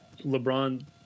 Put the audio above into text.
LeBron